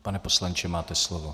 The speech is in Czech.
Pane poslanče, máte slovo.